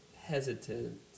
hesitant